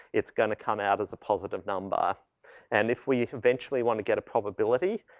it's gonna come out as a positive number and if we eventually wanna get a probability,